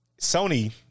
Sony